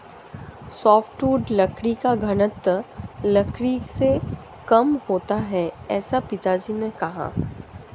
softwood लकड़ी का घनत्व लकड़ी से कम होता है ऐसा पिताजी ने कहा